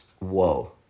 Whoa